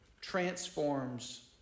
transforms